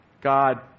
God